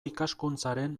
ikaskuntzaren